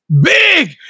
big